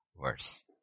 verse